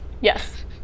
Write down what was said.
Yes